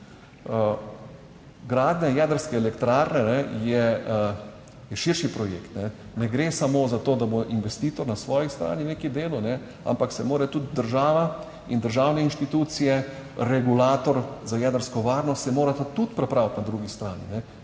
Gradnja jedrske elektrarne je širši projekt. Ne gre samo za to, da bo investitor na svoji strani nekaj delal, ampak se mora tudi država in državne inštitucije, regulator za jedrsko varnost se mora tudi pripraviti na drugi strani,